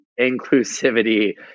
inclusivity